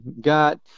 got